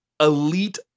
elite